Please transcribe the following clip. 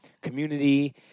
community